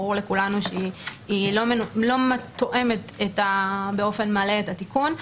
ברור לכולנו שהיא לא תואמת באופן מלא את התיקון.